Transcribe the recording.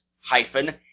hyphen